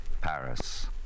Paris